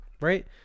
Right